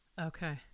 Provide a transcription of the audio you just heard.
Okay